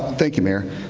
thank you mayor,